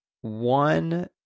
One